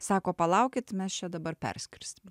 sako palaukit mes čia dabar perskirstėm